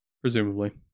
presumably